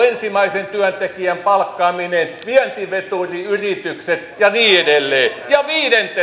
ensimmäisen työntekijän palkkaaminen vientiveturiyritykset ja niin edelleen